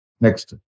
Next